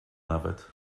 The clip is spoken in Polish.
nawet